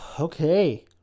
Okay